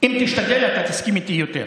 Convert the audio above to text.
אם תשתדל, אתה תסכים איתי יותר.